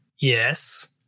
Yes